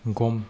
गम